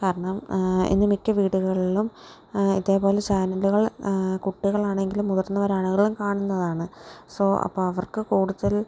കാരണം ഇന്ന് മിക്ക വീടുകളിലും ഇതേപോലെ ചാനലുകൾ കുട്ടികളാണെങ്കിലും മുതിർന്നവരാണെങ്കിലും കാണുന്നതാണ് സോ അപ്പോള് അവർക്ക് കൂടുതൽ